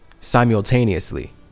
simultaneously